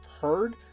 heard